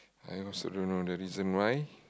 I also don't know the reason why